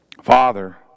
Father